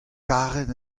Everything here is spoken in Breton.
karet